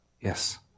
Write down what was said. Yes